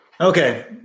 Okay